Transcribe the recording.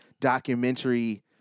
documentary